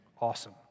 Awesome